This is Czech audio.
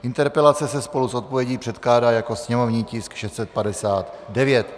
Interpelace se spolu s odpovědí předkládá jako sněmovní tisk 659.